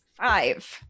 Five